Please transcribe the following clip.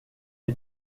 est